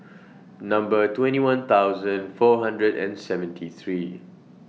Number twenty one thousand four hundred and seventy three